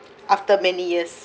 after many years